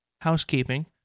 housekeeping